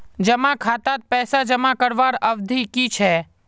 जमा खातात पैसा जमा करवार अवधि की छे?